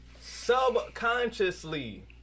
Subconsciously